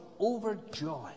overjoyed